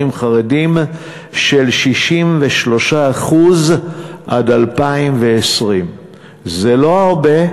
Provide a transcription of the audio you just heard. חרדים של 63% עד 2020. זה לא הרבה,